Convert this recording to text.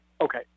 Okay